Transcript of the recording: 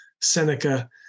Seneca